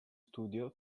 studio